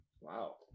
Wow